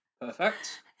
Perfect